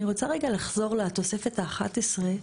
אני רוצה רגע לחזור לתוספת האחת עשרה.